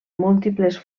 múltiples